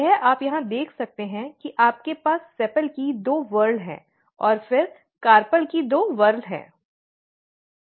यह आप यहाँ देख सकते हैं कि आपके पास सेपल की दो वर्ल हैं और फिर कार्पेल की दो वर्ल हैं